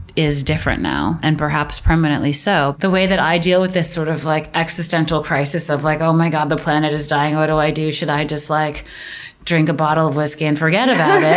is different now and perhaps permanently so. the way that i deal with this sort of like existential crisis of like, oh my god, the planet is dying what do i do? should i just like drink a bottle of whiskey and forget about it?